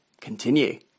Continue